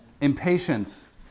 Impatience